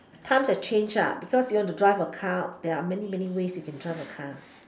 times have changed because you want to drive a car there are many many ways you can drive a car